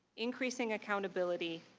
increasing accountability,